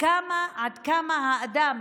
כמה האדם